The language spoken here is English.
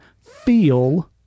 feel